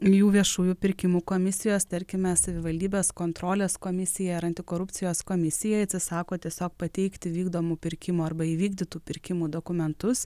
jų viešųjų pirkimų komisijos tarkime savivaldybės kontrolės komisija ar antikorupcijos komisija atsisako tiesiog pateikti vykdomų pirkimų arba įvykdytų pirkimų dokumentus